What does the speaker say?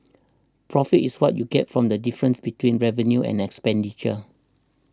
profit is what you get from the difference between revenue and expenditure